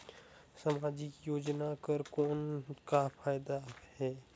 समाजिक योजना कर कौन का फायदा है?